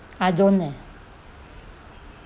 I don't eh